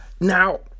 Now